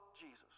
Jesus